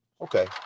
Okay